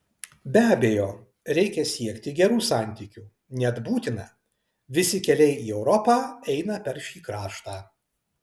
be abejo reikia siekti gerų santykių net būtina visi keliai į europą eina per šį kraštą